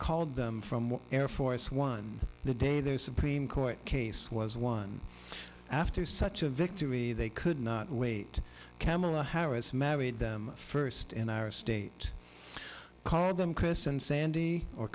called them from air force one the day their supreme court case was one after such a victory they could not wait camel harris married them first in our state called them chris and sandy or